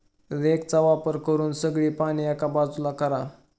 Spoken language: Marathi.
रेकचा वापर करून सगळी पाने एका बाजूला करा